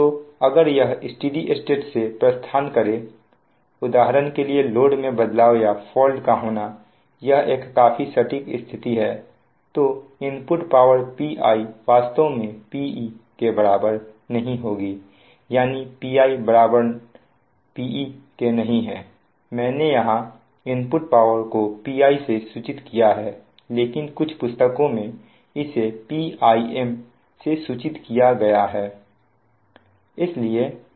तो अगर यह स्टेडी स्टेट से प्रस्थान करें उदाहरण के लिए लोड में बदलाव या फॉल्ट का होना यह एक काफी सटीक स्थिति है तो इनपुट पावर Pi वास्तव में Pe के बराबर नहीं होगी यानी Pi ≠Pe मैंने यहां इनपुट पावर को Pi से सूचित किया है लेकिन कुछ पुस्तकों में इसे Pim से सूचित किया गया है